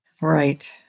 Right